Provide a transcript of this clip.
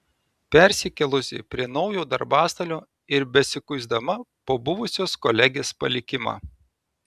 persikėlusi prie naujo darbastalio ir besikuisdama po buvusios kolegės palikimą